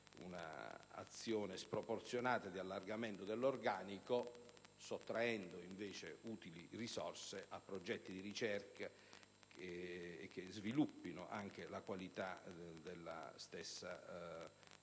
un'azione sproporzionata di allargamento dell'organico, sottraendo invece utili risorse a progetti di ricerca che aumentino anche la qualità della stessa Università